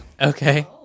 Okay